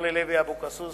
אורלי לוי אבקסיס